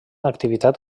activitat